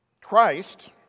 Christ